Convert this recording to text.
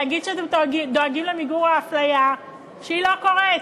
להגיד שאתם דואגים למיגור האפליה, שלא קורה.